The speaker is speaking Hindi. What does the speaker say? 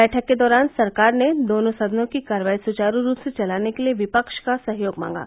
बैठक के दौरान सरकार ने दोनों सदनों की कार्यवाही सुचारू रूप से चलाने के लिए विपक्ष का सहयोग मांगा